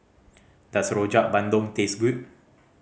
does Rojak Bandung taste good